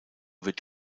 wird